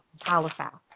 Halifax